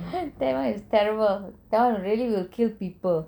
that [one] is terrible that [one] really will kill people